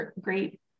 great